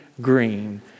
green